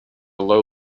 low